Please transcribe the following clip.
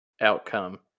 outcome